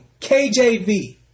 KJV